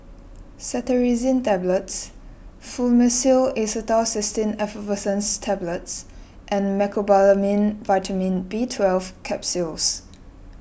Cetirizine Tablets Fluimucil Acetylcysteine Effervescent Tablets and Mecobalamin Vitamin B Twelve Capsules